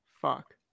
fuck